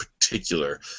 particular